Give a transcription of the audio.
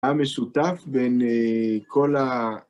המשותף בין כל ה...